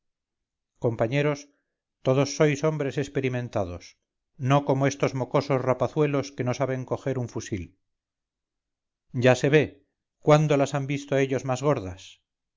compañeros todos sois hombres experimentados no como estos mocosos rapazuelos que no saben coger un fusil ya se ve cuándo las han visto ellos más gordas